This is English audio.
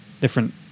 different